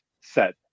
set